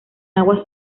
aguas